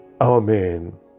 Amen